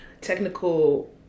Technical